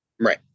Right